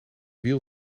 wiel